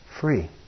Free